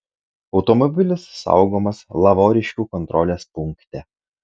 automobilis saugomas lavoriškių kontrolės punkte